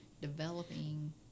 developing